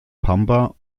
pampa